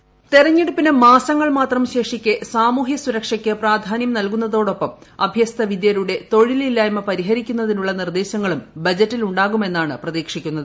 voice തിരഞ്ഞെടുപ്പിന് മാസങ്ങൾ മാത്രം ശേഷിക്കേ സാമൂഹ്യസുരക്ഷയ്ക്ക് പ്രാധാന്യംനൽകുന്നതോടൊപ്പം അഭ്യസ്ത വിദ്യരുടെ തൊഴിലില്ലായ്മ പരിഹരിക്കുന്നതിനുള്ള നീദ്ദേശങ്ങളൂം ബജറ്റിലുണ്ടാകുമെന്നാണ് പ്രതീക്ഷിക്കുന്നത്